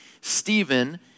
Stephen